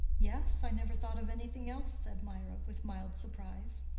yes, i never thought of anything else, said mirah, with mild surprise.